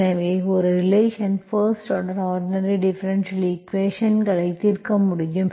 எனவே ஒரு relation first order ordinary differential ஈக்குவேஷன்ஸ்களை தீர்க்க முடியும்